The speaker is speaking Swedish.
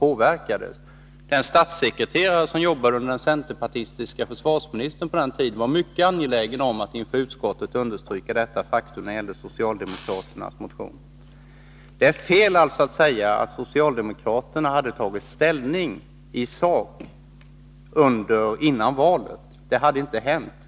Den statssekreterare som under denna tid jobbade hos den centerpartistiske försvarsministern var mycket angelägen om att inför utskottet understryka detta faktum när det gäller socialdemokraternas motion våren 1982. Det är fel att säga att socialdemokraterna hade tagit ställning i sak före valet. Det hade vi inte.